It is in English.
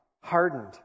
hardened